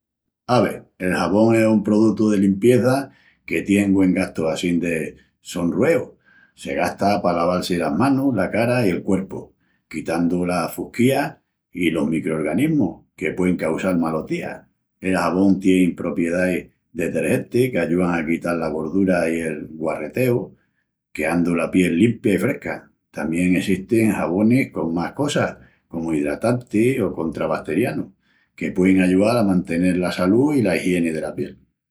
Ave, el xabón es un produtu de limpieza que tien güen gastu assín de sonrueu. Se gasta p'alaval-si las manus, la cara i el cuerpu, quitandu la fusquía i los microrganismus que puein causal malotías. El xabón tien propiedais detergentis qu'ayúan a quital la gordura i el guarreteu, queandu la piel limpia i fresca. Tamién essestin xabonis con más cosas, comu idratantis o contrabaterianus, que puein ayual a mantenel la salú i la igieni dela piel.